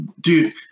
dude